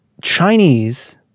Chinese